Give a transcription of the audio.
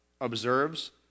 observes